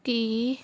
ਕਿ